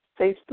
Facebook